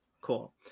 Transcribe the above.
Cool